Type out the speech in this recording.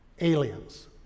aliens